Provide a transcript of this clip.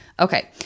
Okay